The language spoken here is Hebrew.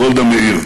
גולדה מאיר.